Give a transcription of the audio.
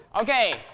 Okay